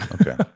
Okay